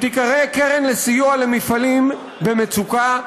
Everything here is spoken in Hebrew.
שתיקרא קרן סיוע למפעלים במצוקה,